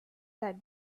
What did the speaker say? that